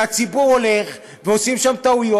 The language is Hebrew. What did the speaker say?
והציבור הולך, ועושים שם טעויות.